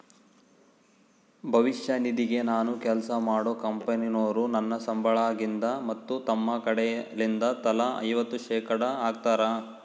ಭವಿಷ್ಯ ನಿಧಿಗೆ ನಾನು ಕೆಲ್ಸ ಮಾಡೊ ಕಂಪನೊರು ನನ್ನ ಸಂಬಳಗಿಂದ ಮತ್ತು ತಮ್ಮ ಕಡೆಲಿಂದ ತಲಾ ಐವತ್ತು ಶೇಖಡಾ ಹಾಕ್ತಾರ